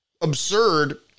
absurd